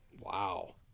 Wow